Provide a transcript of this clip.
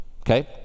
Okay